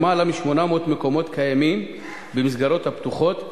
למעלה מ-800 מקומות קיימים במסגרות הפתוחות,